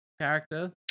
character